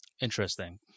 Interesting